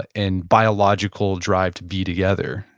and biological drive to be together.